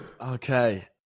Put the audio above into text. Okay